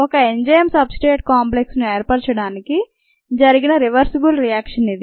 ఒక enzyme substrate కాంప్లెక్స్ను ఏర్పరచడానికి జరిగిన రివర్సబుల్ రియాక్షన్ ఇది